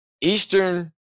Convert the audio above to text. Eastern